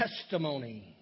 testimony